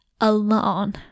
alone